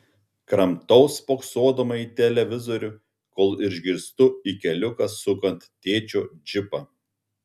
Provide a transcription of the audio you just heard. kramtau spoksodama į televizorių kol išgirstu į keliuką sukant tėčio džipą